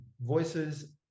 voices